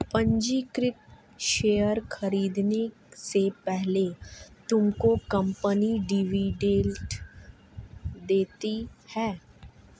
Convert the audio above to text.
पंजीकृत शेयर खरीदने से पहले तुमको कंपनी डिविडेंड देती है